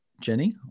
Jenny